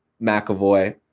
McAvoy